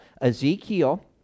Ezekiel